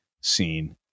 scene